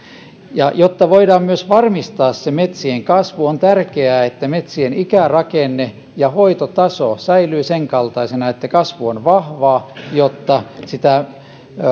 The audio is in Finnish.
ja jotta voidaan myös varmistaa metsien kasvu on tärkeää että metsien ikärakenne ja hoitotaso säilyvät senkaltaisina että kasvu on vahvaa jotta sitä